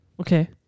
Okay